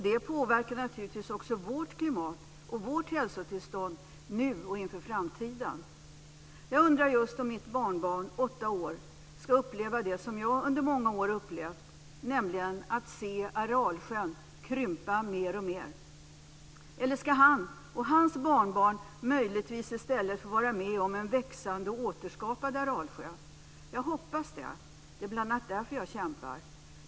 Det påverkar naturligtvis också vårt klimat och vårt hälsotillstånd nu och inför framtiden. Jag undrar just om mitt barnbarn, 8 år, ska uppleva det som jag under många år har upplevt, nämligen att se Aralsjön krympa mer och mer. Eller ska han och hans barnbarn möjligtvis i stället få vara med om en växande och återskapad Aralsjö? Jag hoppas det. Det är bl.a. därför som jag kämpar.